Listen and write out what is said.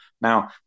Now